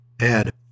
Add